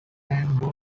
and